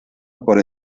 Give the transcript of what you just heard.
por